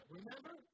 Remember